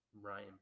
Ryan